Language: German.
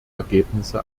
ergebnisse